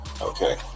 Okay